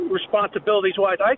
responsibilities-wise